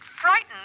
frightened